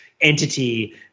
entity